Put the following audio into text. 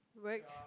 work